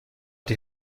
die